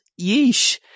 Yeesh